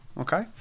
Okay